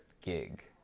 gig